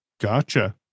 Gotcha